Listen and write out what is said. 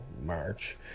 march